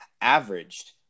averaged